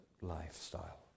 lifestyle